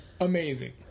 Amazing